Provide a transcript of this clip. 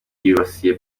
yibasiye